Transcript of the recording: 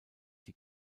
die